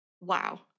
Wow